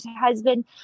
husband